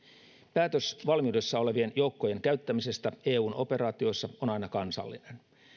päätös valmiudessa olevien joukkojen käyttämisestä eun operaatioissa on aina kansallinen